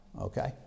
okay